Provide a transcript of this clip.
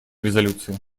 резолюции